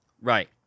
Right